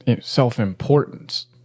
self-importance